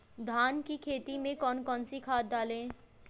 धान की खेती में कौन कौन सी खाद डालें?